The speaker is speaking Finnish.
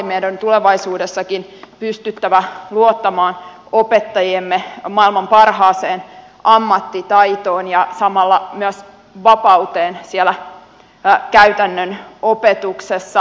meidän on tulevaisuudessakin pystyttävä luottamaan opettajiemme maailman parhaaseen ammattitaitoon ja samalla myös vapauteen siellä käytännön opetuksessa